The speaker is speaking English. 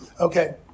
Okay